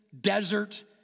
desert